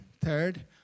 Third